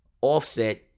Offset